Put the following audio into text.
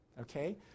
okay